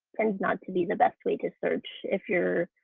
tends not to be the best way to search if you're